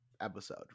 episode